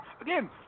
Again